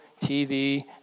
TV